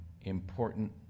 important